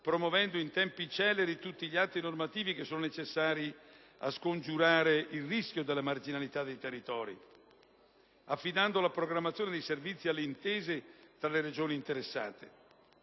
promuovendo in tempi celeri tutti gli atti normativi necessari a scongiurare il rischio della marginalità dei territori, affidando la programmazione dei servizi alle intese tra le Regioni interessate;